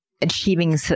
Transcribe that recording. achieving